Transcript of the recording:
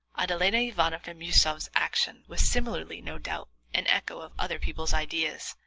adeladda ivanovna miusov's action was similarly, no doubt, an echo of other people's ideas,